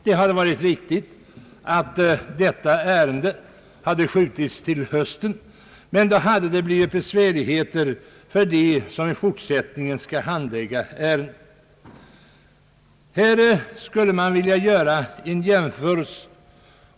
Det hade varit riktigt att detta ärende skjutits till hösten, men då skulle det blivit besvärligheter för dem som i fortsättningen skall handlägga ärendet. Här skulle man vilja göra en jämförelse.